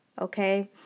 okay